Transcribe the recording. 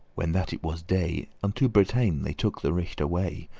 when that it was day, unto bretagne they took the righte way,